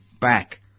back